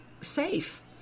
safe